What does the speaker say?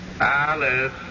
Alice